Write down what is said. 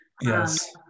Yes